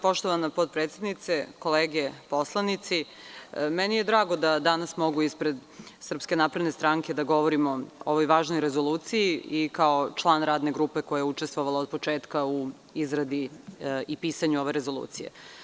Poštovana potpredsednice, kolege poslanici, meni je drago da danas mogu ispred SNS da govorim o ovoj važnoj rezoluciji i kao član radne grupe koja je učestvovala od početka u izradi i pisanju ove rezolucije.